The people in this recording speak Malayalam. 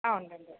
ആ ഉണ്ടുണ്ട്